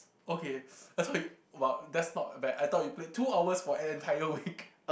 okay I thought you !wow! that's not bad I thought you played two hours for an entire week